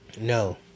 No